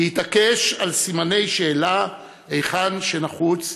להתעקש על סימני שאלה היכן שנחוץ,